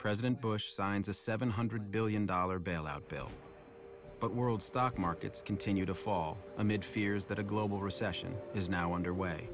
president bush signs a seven hundred billion dollar bailout bill but world stock markets continue to fall amid fears that a global recession is now under way